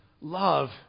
love